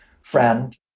friend